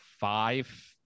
five